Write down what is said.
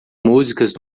músicas